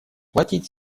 платить